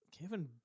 Kevin